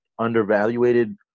undervaluated